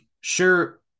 sure